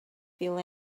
feel